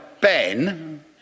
Ben